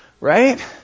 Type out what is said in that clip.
right